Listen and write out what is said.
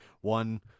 one